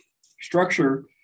structure